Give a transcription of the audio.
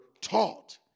taught